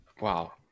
Wow